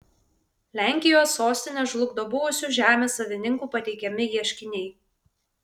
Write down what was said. lenkijos sostinę žlugdo buvusių žemės savininkų pateikiami ieškiniai